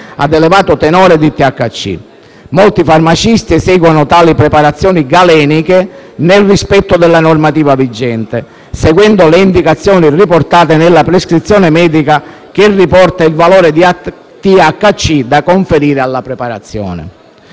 ad elevato tenore di THC. Molti farmacisti eseguono tali preparazioni galeniche nel rispetto della normativa vigente, seguendo le indicazioni riportate nella prescrizione medica che riporta il valore di THC da conferire alla preparazione,